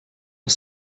aus